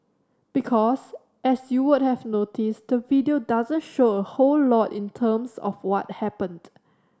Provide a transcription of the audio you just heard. because as you would have noticed the video doesn't show a whole lot in terms of what happened